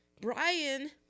Brian